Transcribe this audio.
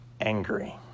angry